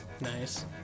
Nice